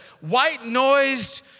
white-noised